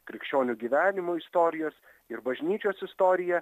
krikščionių gyvenimo istorijos ir bažnyčios istorija